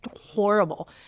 horrible